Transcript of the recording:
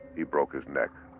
he broke his neck.